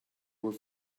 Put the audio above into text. were